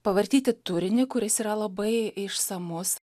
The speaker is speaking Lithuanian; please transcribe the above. pavartyti turinį kuris yra labai išsamus